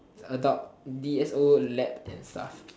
adult d_s_o lab and stuff